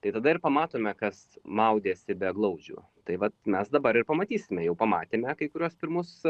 tai tada ir pamatome kas maudėsi be glaudžių tai vat mes dabar ir pamatysime jau pamatėme kai kuriuos pirmus